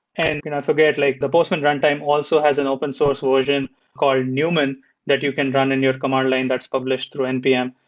and i forget, like the postman runtime also has an open source version called newman that you can run in your command line that's published through npm.